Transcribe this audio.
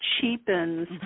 cheapens